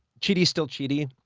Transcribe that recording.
chidi is still chidi.